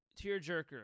Tearjerker